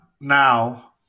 now